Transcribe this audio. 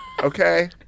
Okay